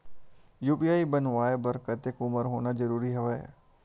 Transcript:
UPI बनवाय बर कतेक उमर होना जरूरी हवय?